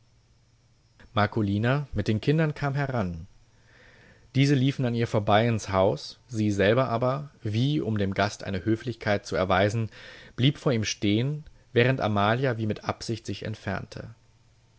marcolina mit den kindern kam heran diese liefen an ihr vorbei ins haus sie selber aber wie um dem gast eine höflichkeit zu erweisen blieb vor ihm stehn während amalia wie mit absicht sich entfernte